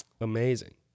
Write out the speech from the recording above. amazing